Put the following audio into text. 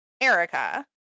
erica